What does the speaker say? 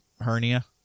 hernia